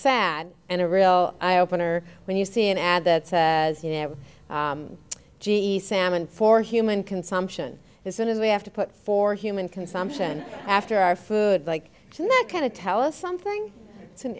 sad and a real eye opener when you see an ad that says you have g e salmon for human consumption as soon as we have to put for human consumption after our food like that kind of tell us something it's an